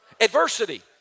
Adversity